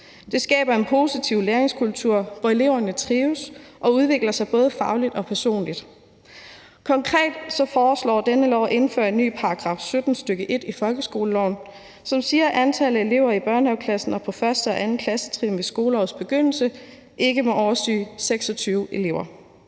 Det skaber en positiv læringskultur, hvor eleverne trives og udvikler sig både fagligt og personligt. Konkret foreslår dette lovforslag at indføre en ny § 17, stk. 1, i folkeskoleloven, som siger, at antallet af elever i børnehaveklassen og på 1. og 2. klassetrin ved skoleårets begyndelse ikke må overstige 26 elever.